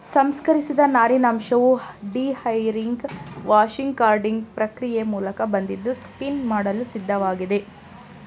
ಸಂಸ್ಕರಿಸಿದ ನಾರಿನಂಶವು dehairing washing carding ಪ್ರಕ್ರಿಯೆ ಮೂಲಕ ಬಂದಿದ್ದು ಸ್ಪಿನ್ ಮಾಡಲು ಸಿದ್ಧವಾಗಿದೆ